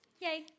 Yay